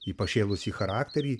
į pašėlusį charakterį